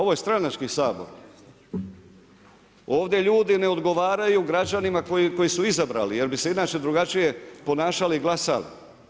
Ovo je stranački Sabor, ovdje ljudi ne odgovaraju građanima koji su ih izabrali, jer bi se inače drugačije ponašali i glasali.